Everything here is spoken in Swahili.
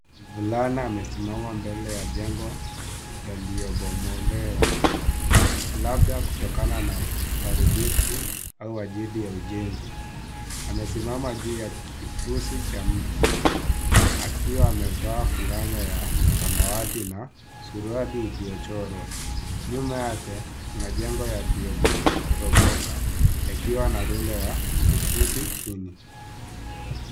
Mvulana amesimama mbele ya jengo yaliyobomolewa, labda kutokana na uharibifu au wajedi ya ujenzi. Amesimama juu ya kifusi cha mti, akiwa amevaa fulana ya samawati na suruali iliyochorwa. Nyuma yake, kuna jengo yaliyoporomoka, yakiwa na rundo ya vifusi chini.